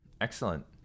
Excellent